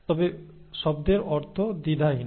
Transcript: তবে শব্দের অর্থ দ্বিধাহীন